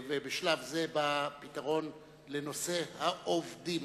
ובשלב זה בא פתרון לנושא העובדים.